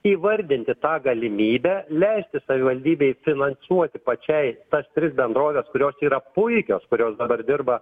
įvardinti tą galimybę leisti savivaldybei finansuoti pačiai tas tris bendroves kurios yra puikios kurios dabar dirba